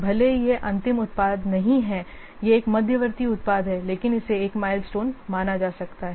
भले ही यह अंतिम उत्पाद नहीं है यह एक मध्यवर्ती उत्पाद है लेकिन इसे एक माइलस्टोन माना जा सकता है